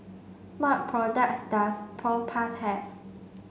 what products does Propass have